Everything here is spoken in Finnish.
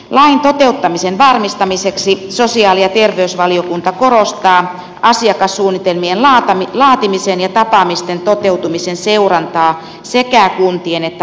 lain toteuttamisen varmistamiseksi sosiaali ja terveysvaliokunta korostaa asiakassuunnitelmien laatimisen ja tapaamisten toteutumisen seurantaa sekä kuntien että valvontaviranomaisten toimesta